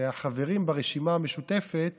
והחברים ברשימה המשותפת